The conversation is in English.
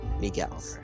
Miguel